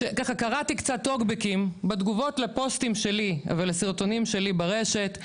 קראתי קצת טוקבקים בתגובות לפוסטים שלי ולסרטונים שלי ברשת: